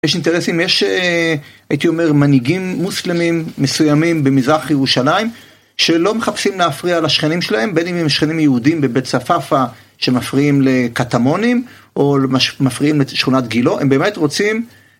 יש אינטרסים, יש הייתי אומר, מנהיגים מוסלמים מסוימים במזרח ירושלים שלא מחפשים להפריע לשכנים שלהם, בין אם הם שכנים יהודים בבית ספאפא שמפריעים לקטמונים, או מפריעים לשכונת גילו, הם באמת רוצים...